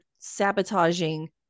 sabotaging